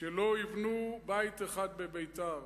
שלא יבנו בית אחד בביתר,